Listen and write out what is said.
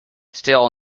still